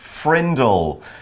Frindle